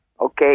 okay